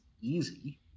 easy